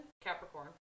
capricorn